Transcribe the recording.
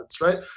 right